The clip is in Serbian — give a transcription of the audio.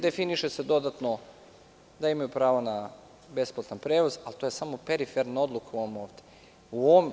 Definiše se dodatno da imaju pravo na besplatan prevoz, ali to je samo periferna odluka u ovom ovde.